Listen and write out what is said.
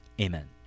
Amen